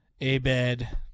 Abed